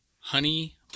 Honey